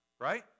right